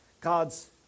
God's